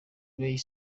ray